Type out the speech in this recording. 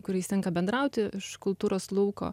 kuriais tenka bendrauti iš kultūros lauko